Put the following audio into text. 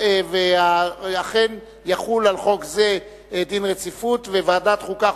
11 בעד, אין מתנגדים, אין נמנעים.